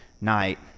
night